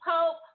Pope